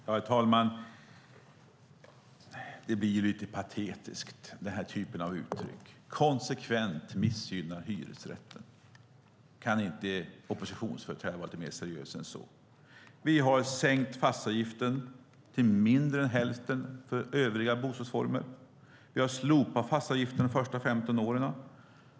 Herr talman! Det blir lite patetiskt med uttryck som "konsekvent missgynna hyresrätten". Kan inte oppositionsföreträdare vara lite mer seriösa än så? Vi har sänkt fastighetsavgiften till mindre än hälften för övriga bostadsformer. Vi har slopat fastighetsavgiften under de första 15 åren.